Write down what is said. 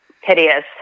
hideous